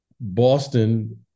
Boston